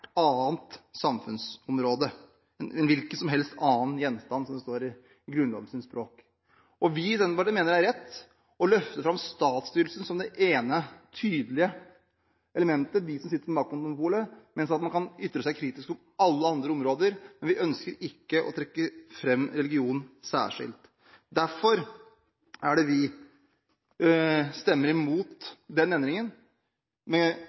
som helst annen gjenstand», som det står i Grunnlovens språk. Vi i Senterpartiet mener det er rett å løfte fram statsstyrelsen som det ene, tydelige elementet – de som sitter med maktmonopolet – mens man kan ytre seg kritisk om alle andre områder. Men vi ønsker ikke å trekke fram religion særskilt. Derfor er det vi stemmer